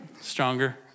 Stronger